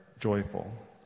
joyful